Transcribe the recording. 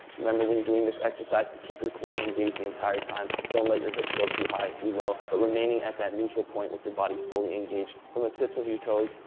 remember when you're doing this exercise to keep your core engaged the entire time. don't let your hips go too high or too low. but remaining at that neutral point with your body fully engaged. from the tips of your toes,